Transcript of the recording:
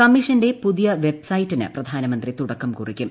കമ്മീഷന്റെ പുതിയ വെബ്സൈറ്റിനു പ്രധാനമന്ത്രി തുടക്കം കുറിച്ചു